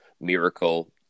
miracle